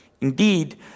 Indeed